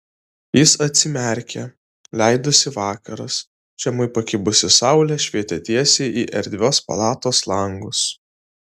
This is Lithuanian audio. jis atsimerkė leidosi vakaras žemai pakibusi saulė švietė tiesiai į erdvios palatos langus